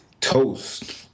Toast